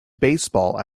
baseball